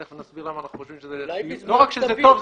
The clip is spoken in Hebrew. תיכף נסביר למה אנחנו חושבים שלא רק שזה טוב,